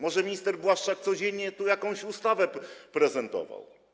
Może minister Błaszczak codziennie tu jakąś ustawę prezentował?